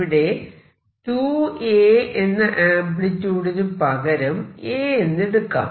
ഇവിടെ 2A എന്ന ആംപ്ലിട്യൂഡിന് പകരം A എന്ന് എടുക്കാം